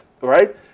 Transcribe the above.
Right